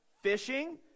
Fishing